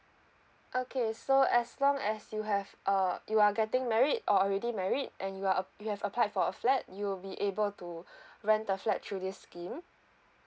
okay so as long as you have uh you are getting married or already married and you're uh you have applied for a flat you will be able to rent the flat through this scheme